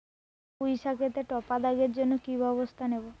পুই শাকেতে টপা দাগের জন্য কি ব্যবস্থা নেব?